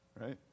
Right